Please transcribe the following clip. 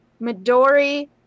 Midori